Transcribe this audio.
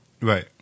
Right